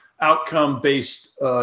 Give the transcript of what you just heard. outcome-based